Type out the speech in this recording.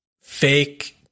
fake